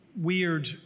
weird